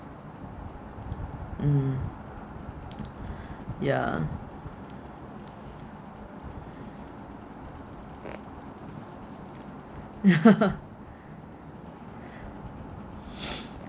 mm yeah